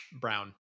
Brown